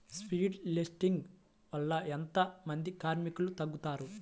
Seed లేంబింగ్ వల్ల ఎంత మంది కార్మికులు తగ్గుతారు?